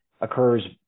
occurs